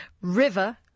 River